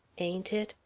ain't it?